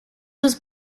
was